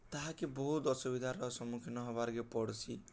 ତାହାକେ ବହୁତ୍ ଅସୁବିଧାର ସମ୍ମୁଖୀନ ହେବାକେ ପଡ଼୍ସି